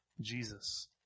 Jesus